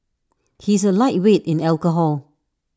he is A lightweight in alcohol